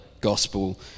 gospel